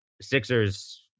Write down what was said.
Sixers